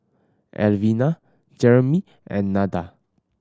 Alvina Jeremie and Nada